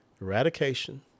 eradication